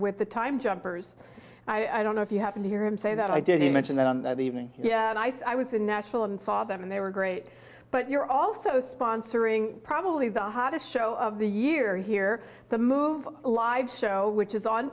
with the time jumpers i don't know if you happen to hear him say that i didn't mention that even yeah i said i was in nashville and saw them and they were great but you're also sponsoring probably the hottest show of the year here the movie live show which is on